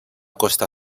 costa